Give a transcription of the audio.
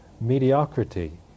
mediocrity